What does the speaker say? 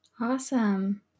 Awesome